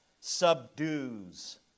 subdues